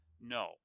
no